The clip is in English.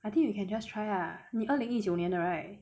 I think you can just try lah 你二零一九年的 right